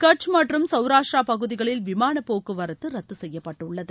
கட்ச் மற்றும் சவுராஷ்டிரா பகுதிகளில் விமான போக்குவரத்து ரத்து செய்யப்பட்டுள்ளது